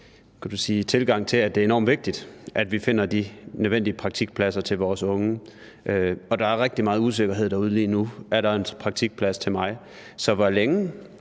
det er enormt vigtigt, at vi finder de nødvendige praktikpladser til vores unge, for der er rigtig meget usikkerhed derude lige nu. Er der en praktikplads til mig?